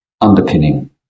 underpinning